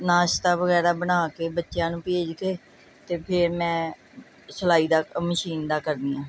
ਨਾਸ਼ਤਾ ਵਗੈਰਾ ਬਣਾ ਕੇ ਬੱਚਿਆਂ ਨੂੰ ਭੇਜ ਕੇ ਅਤੇ ਫਿਰ ਮੈਂ ਸਿਲਾਈ ਦਾ ਮਸ਼ੀਨ ਦਾ ਕਰਦੀ ਹਾਂ